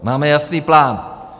Máme jasný plán.